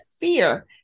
fear